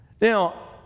Now